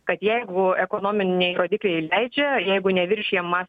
kad jeigu ekonominiai rodikliai leidžia jeigu neviršijama